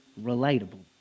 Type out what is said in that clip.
relatable